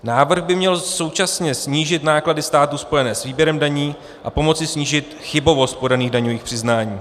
Návrh by měl současně snížit náklady státu spojené s výběrem daní a pomoci snížit chybovost podaných daňových přiznání.